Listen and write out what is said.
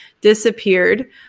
disappeared